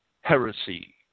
heresy